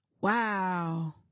Wow